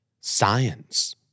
science